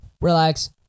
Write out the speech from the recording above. relax